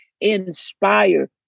inspire